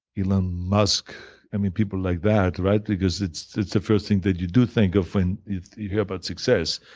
elon musk, i mean people like that, right? because it's it's the first thing that you do think of when you hear about success.